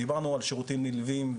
דיברנו על שירותים נלווים,